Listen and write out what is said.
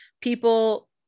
people